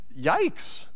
Yikes